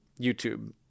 YouTube